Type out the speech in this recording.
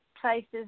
places